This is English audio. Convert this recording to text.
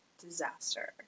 disaster